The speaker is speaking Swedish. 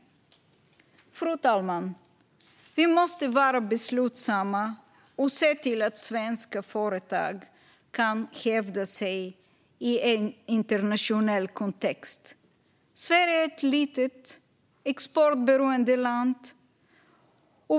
Fru talman! Vi måste vara beslutsamma och se till att svenska företag kan hävda sig i en internationell kontext. Sverige är ett litet, exportberoende land.